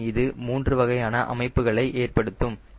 மேலும் இது மூன்று வகையான அமைப்புகளை ஏற்படுத்தும்